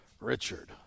Richard